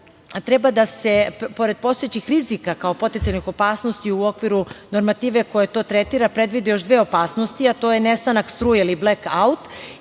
ali pored postojećih rizika kao potencijalnih opasnosti u okviru normative koja to tretira predvide još dve opasnosti, a to je nestanak struje ili